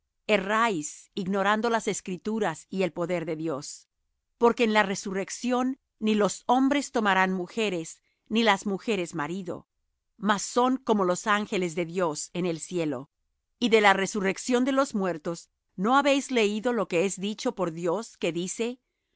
erráis ignorando las escrituras y el poder de dios porque en la resurrección ni los hombres tomarán mujeres ni las mujeres marido mas son como los ángeles de dios en el cielo y de la resurrección de los muertos no habéis leído lo que os es dicho por dios que dice